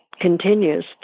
continues